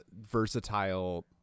versatile